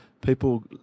people